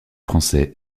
français